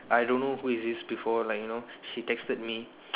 I don't know who is this before like you know she texted me